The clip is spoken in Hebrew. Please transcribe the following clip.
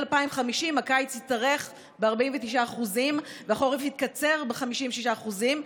2050 הקיץ יתארך ב-49% והחורף יתקצר ב-56%,